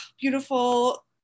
beautiful